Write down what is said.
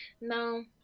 No